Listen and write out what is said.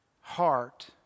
heart